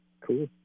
cool